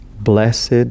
Blessed